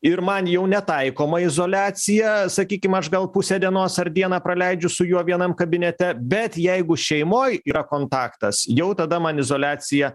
ir man jau netaikoma izoliacija sakykim aš gal pusę dienos ar dieną praleidžiu su juo vienam kabinete bet jeigu šeimoj yra kontaktas jau tada man izoliacija